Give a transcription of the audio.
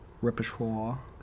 Repertoire